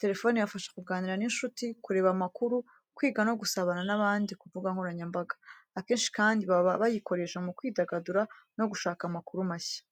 Telephone ibafasha kuganira n’inshuti, kureba amakuru, kwiga no gusabana n’abandi ku mbuga nkoranyambaga. Akenshi kandi baba bayikoresha mu kwidagadura no gushaka amakuru mashya.